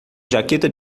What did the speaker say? jaqueta